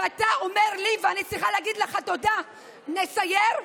ואתה אומר לי, ואני צריכה להגיד לך תודה: נסייר?